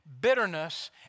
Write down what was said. bitterness